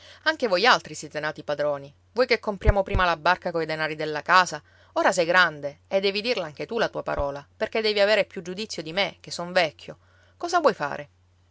anche voi altri siete nati padroni vuoi che compriamo prima la barca coi denari della casa ora sei grande e devi dirla anche tu la tua parola perché devi avere più giudizio di me che son vecchio cosa vuoi fare